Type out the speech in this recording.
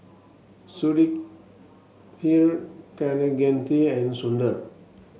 Sudhir Kaneganti and Sundar